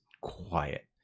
quiet